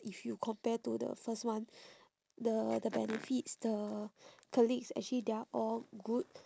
if you compare to the first one the the benefits the colleagues actually they are all good